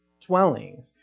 dwellings